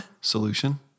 solution